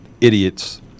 idiots